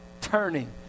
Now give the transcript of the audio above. turning